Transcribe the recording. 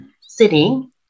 sitting